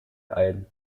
ein